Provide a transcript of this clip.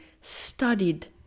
studied